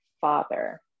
father